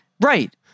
right